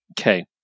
Okay